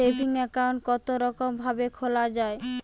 Saving account কতরকম ভাবে খোলা য়ায়?